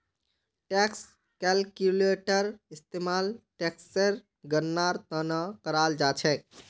tax calculator इस्तेमाल टेक्सेर गणनार त न कराल जा छेक